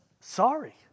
Sorry